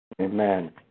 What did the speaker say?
Amen